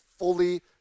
fully